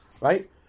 right